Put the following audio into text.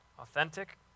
Authentic